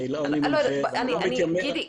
הרי אני לא מתיימר --- גידי,